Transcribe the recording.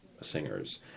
singers